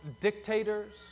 dictators